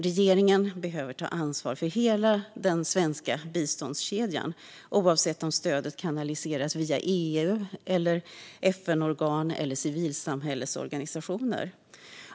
Regeringen behöver ta ansvar för hela den svenska biståndskedjan oavsett om stödet kanaliseras via EU, FN-organ eller civilsamhällesorganisationer.